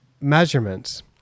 measurements